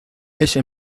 ese